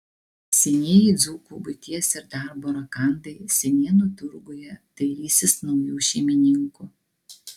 senieji dzūkų buities ir darbo rakandai senienų turguje dairysis naujų šeimininkų